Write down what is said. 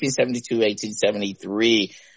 1872-1873